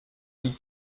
wie